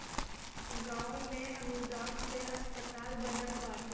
गांव में अनुदान से अस्पताल बनल बाटे